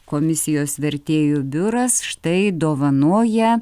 komisijos vertėjų biuras štai dovanoja